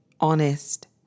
honest